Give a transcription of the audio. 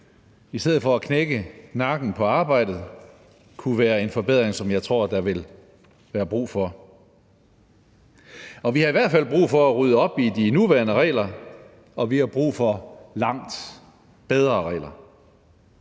i stedet for at knække nakken på arbejde kunne være en forbedring, som jeg tror der vil være brug for. Vi har i hvert fald brug for at rydde op i de nuværende regler, og vi har brug for langt bedre regler.